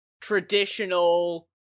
traditional